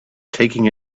taking